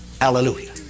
Hallelujah